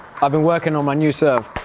have been working on my new serve